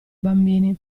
bambini